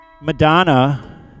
Madonna